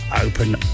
open